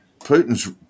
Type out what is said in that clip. Putin's